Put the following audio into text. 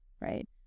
right